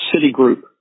Citigroup